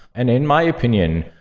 and in my opinion,